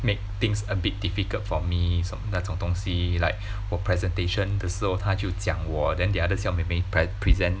make things a bit difficult for me so 那种东西 like 我 presentation 的时候他就讲我 then the other 小妹妹 pre~ present